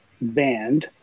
band